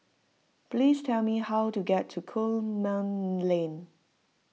please tell me how to get to Coleman Lane